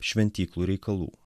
šventyklų reikalų